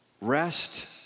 Rest